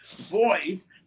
voice